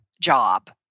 job